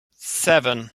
seven